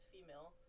female